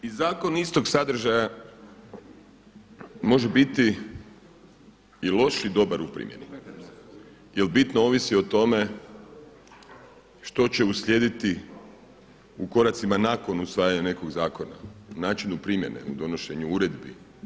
I zakon istog sadržaja može biti i loš i dobar u primjeni jer bitno ovisi o tome što će uslijediti u koracima nakon usvajanja nekog zakona, o načinu primjene, donošenju uredbi.